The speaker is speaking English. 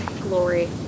glory